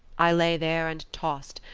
i lay there and tossed,